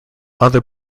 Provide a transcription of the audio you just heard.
other